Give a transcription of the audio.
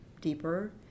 deeper